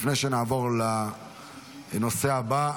לפני שנעבור לנושא הבא,